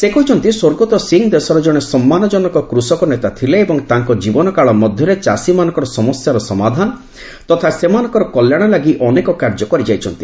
ସେ କହିଛନ୍ତି ସ୍ୱର୍ଗତ ସିଂହ ଦେଶର ଜଣେ ସମ୍ମାନଜନକ କୃଷକ ନେତା ଥିଲେ ଏବଂ ତାଙ୍କ ଜୀବନକାଳ ମଧ୍ୟରେ ଚାଷୀମାନଙ୍କ ସମସ୍ୟାର ସମାଧାନ ତଥା ସେମାନଙ୍କର କଲ୍ୟାଣ ଲାଗି ଅନେକ କାର୍ଯ୍ୟ କରିଯାଇଛନ୍ତି